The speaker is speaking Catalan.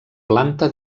planta